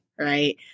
right